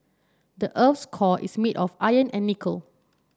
the earth's core is made of iron and nickel